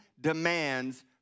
demands